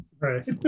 Right